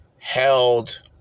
Held